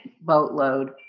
boatload